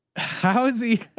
how is he?